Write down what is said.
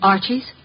Archie's